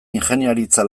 ingeniaritza